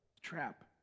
Trap